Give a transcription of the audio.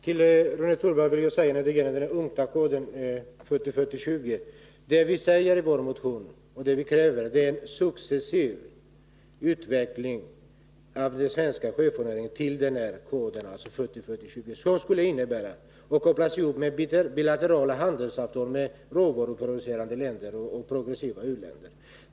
Fru talman! Till Rune Torwald vill jag säga att vad vi kräver är en successiv anpassning av den svenska sjöfartsnäringen till UNCTAD-koden 40-40-20. Den skulle kopplas ihop med bilaterala handelsavtal med råvaruproducerande och progressiva u-länder.